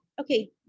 okay